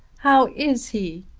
how is he?